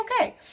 okay